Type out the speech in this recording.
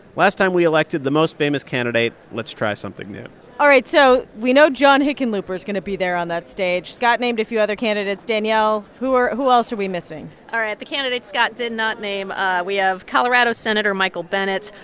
last time, we elected the most famous candidate. let's try something new all right. so we know john hickenlooper is going to be there on that stage. scott named a few other candidates. danielle, who else are we missing? all right. the candidates scott did not name ah we have colorado senator michael bennet,